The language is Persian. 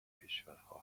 کشورها